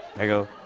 i go,